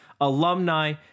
alumni